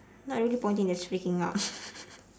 not really pointing just freaking out